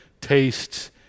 tastes